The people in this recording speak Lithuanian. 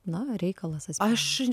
na reikalas asmeniškai